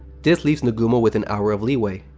this leaves nagumo with an hour of leeway,